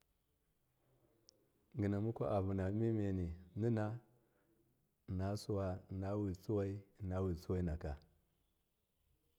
Gina mukwa vunamemeni nina inna suwa inna wutsuwai innawutsuwainaka.